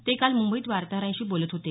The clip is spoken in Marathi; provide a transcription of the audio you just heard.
ते काल मुंबईत वार्ताहरांशी बोलत होते